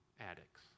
addicts